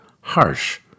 harsh